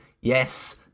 Yes